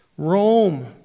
Rome